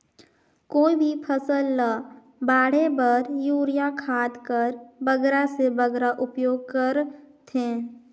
कोई भी फसल ल बाढ़े बर युरिया खाद कर बगरा से बगरा उपयोग कर थें?